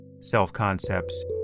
self-concepts